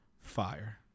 fire